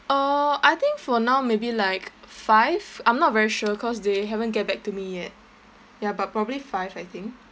uh I think for now maybe like five I'm not very sure cause they haven't get back to me yet ya but probably five I think